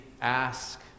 ask